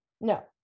No